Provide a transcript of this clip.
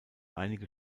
einige